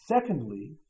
Secondly